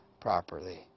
properly